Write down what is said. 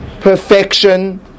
perfection